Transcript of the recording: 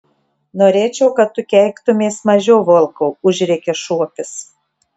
norėčiau kad tu keiktumeis mažiau volkau užrėkė šuopis